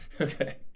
Okay